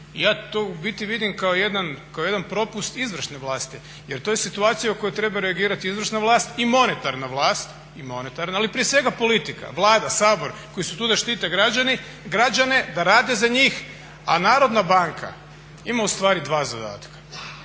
Ja to u biti vidim kao jedan propust izvršne vlasti jer to je situacija u kojoj treba reagirati izvršna vlast i monetarna vlast, ali prije svega politika, Vlada, Sabor koji su tu da štite građane, da rade za njih a Narodna banka ima ustvari dva zadatka,